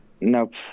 Nope